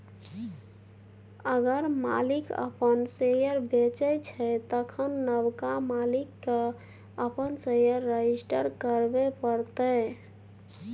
अगर मालिक अपन शेयर बेचै छै तखन नबका मालिक केँ अपन शेयर रजिस्टर करबे परतै